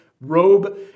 robe